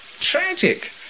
Tragic